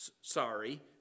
Sorry